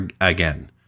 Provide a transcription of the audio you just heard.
again